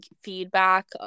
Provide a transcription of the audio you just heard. feedback